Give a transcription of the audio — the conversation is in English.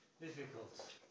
difficult